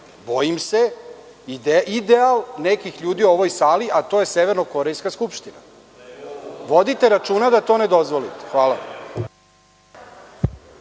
bojim se, ideal nekih ljudi u ovoj sali, a to je Severno-Korejska skupština. Vodite računa da to ne dozvolite. Hvala.